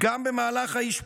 גם במהלך האשפוז,